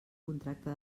contracte